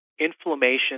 inflammation